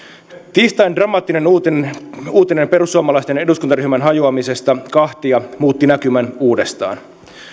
tiistain dramaattinen uutinen uutinen perussuomalaisten eduskuntaryhmän hajoamisesta kahtia muutti näkymän uudestaan